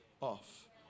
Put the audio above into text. off